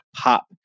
pop